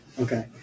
okay